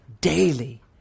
daily